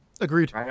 Agreed